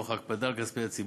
תוך הקפדה על כספי ציבור.